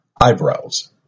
Eyebrows